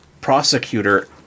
prosecutor